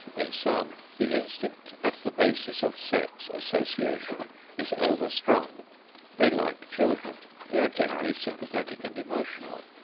in some the instinct at the basis of sex association is over-strong they like children they are generally sympathetic and emotional,